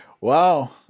wow